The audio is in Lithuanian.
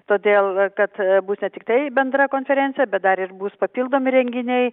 todėl kad bus ne tiktai bendra konferencija bet dar ir bus papildomi renginiai